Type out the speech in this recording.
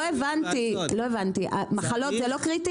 לא הבנתי, לא הבנתי, מחלות זה לא קריטי?